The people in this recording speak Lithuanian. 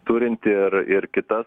turinti ir ir kitas